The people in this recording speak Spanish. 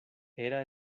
era